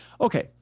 Okay